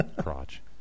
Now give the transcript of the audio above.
crotch